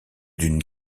d’une